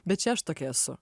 bet čia aš tokia esu